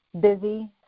busy